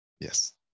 Yes